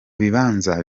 bibanza